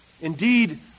indeed